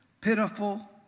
pitiful